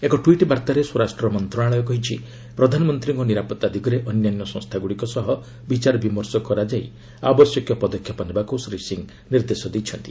ଏକ ଟ୍ୱିଟ୍ ବାର୍ତ୍ତାରେ ସ୍ୱରାଷ୍ଟ୍ର ମନ୍ତ୍ରଣାଳୟ କହିଛି ପ୍ରଧାନମନ୍ତ୍ରୀଙ୍କ ନିରାପତ୍ତା ଦିଗରେ ଅନ୍ୟାନ୍ୟ ସଂସ୍ଥାଗୁଡ଼ିକ ସହ ବିଚାରବିମର୍ଷ କରାଯାଇ ଆବଶ୍ୟକୀୟ ପଦକ୍ଷେପ ନେବାକୁ ଶ୍ରୀ ସିଂ ନିର୍ଦ୍ଦେଶ ଦେଇଛନ୍ତି